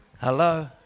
Hello